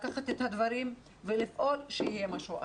לקחת את הדברים ולפעול שיהיה משהו אחר.